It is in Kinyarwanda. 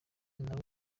nawe